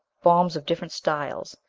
bombs of different styles,